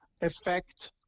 effect